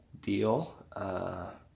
deal